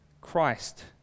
Christ